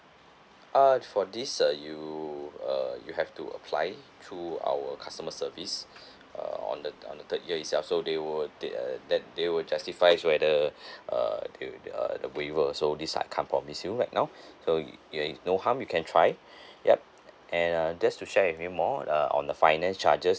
uh for this uh you uh you have to apply through our customer service uh on the on the third year itself so they would err that they will justify whether uh they'll uh the waiver so this I can't promise you right now so you know no harm you can try yup and uh just to share with you more uh on the finance charges